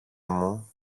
μου